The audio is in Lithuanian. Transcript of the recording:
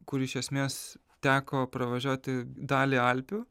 kur iš esmės teko pravažiuoti dalį alpių